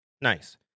Nice